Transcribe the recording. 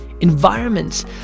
Environments